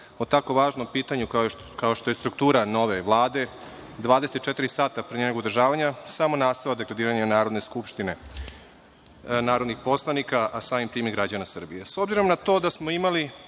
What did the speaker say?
o tako važnom pitanju, kao što je struktura nove vlade, 24 sata pre njenog održavanja samo nastavak degradiranja Narodne skupštine, narodnih poslanika, a samim tim i građana Srbije.S